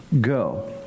Go